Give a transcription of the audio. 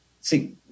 see